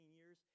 years